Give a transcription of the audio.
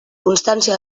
constància